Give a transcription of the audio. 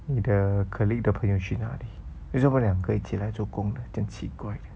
你的 colleague 的朋友去哪里为什么两个一起来做工这样奇怪